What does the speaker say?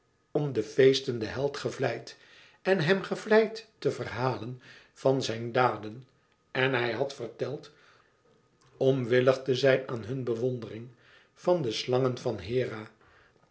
om den feestenden held gevlijd en hem gevleid te verhalen van zijn daden en hij had verteld om willig te zijn aan hun bewondering van de slangen van hera